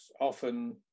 often